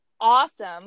awesome